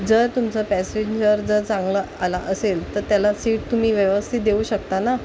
जर तुमचा पॅसेंजर जर चांगला आला असेल तर त्याला सीट तुम्ही व्यवस्थित देऊ शकता ना